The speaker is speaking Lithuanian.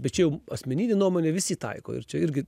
bet čia jau asmeninė nuomonė visi taiko ir čia irgi